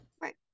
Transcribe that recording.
Right